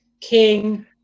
king